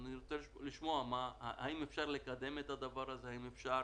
אני רוצה לשמוע האם אפשר לקדם את הדבר הזה והאם אפשר